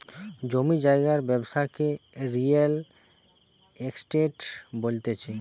জমি জায়গার ব্যবসাকে রিয়েল এস্টেট বলতিছে